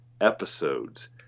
episodes